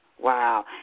Wow